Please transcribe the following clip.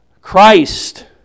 Christ